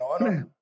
No